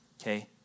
okay